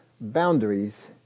boundaries